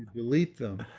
delete them,